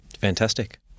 Fantastic